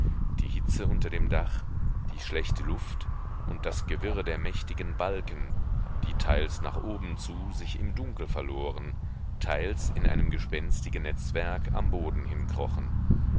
die hitze unter dem dach die schlechte luft und das gewirre der mächtigen balken die teils nach oben zu sich im dunkel verloren teils in einem gespenstigen netzwerk am boden hinkrochen